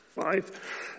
five